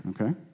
okay